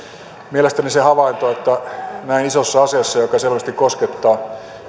mielestäni näin isossa asiassa joka selvästi koskettaa